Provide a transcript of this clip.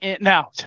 Now